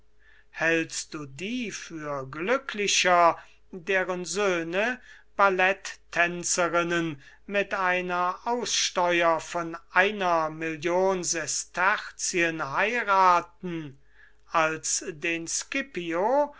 hältst du die für glücklicher deren söhne ballettänzerinnen mit einer million sesterzien heirathen als den scipio